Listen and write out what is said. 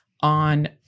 on